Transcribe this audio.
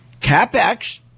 CapEx